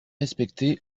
respecté